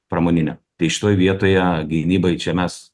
pramoninio tai šitoj vietoje gynybai čia mes